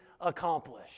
accomplished